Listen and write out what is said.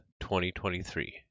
2023